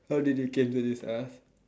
how did we came to this earth